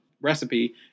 recipe